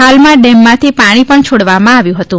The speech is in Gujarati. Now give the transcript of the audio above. હાલમાં ડેમમાંથી પાણી પણ છોડવામાં આવ્યું હતું